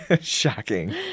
shocking